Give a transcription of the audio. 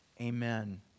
Amen